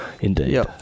Indeed